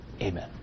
Amen